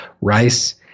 Rice